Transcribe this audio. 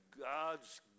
God's